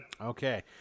Okay